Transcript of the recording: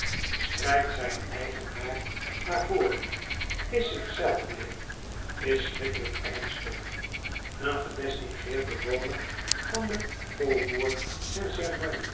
strijkt zijn eigen haar naar voren is zich zelf weer is schrikkelijk ernstig een gedistingeerd bewoner van de faubourg st germain